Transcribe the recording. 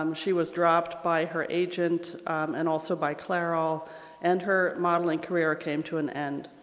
um she was dropped by her agent and also by clairol and her modeling career came to an end.